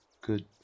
good